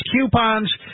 coupons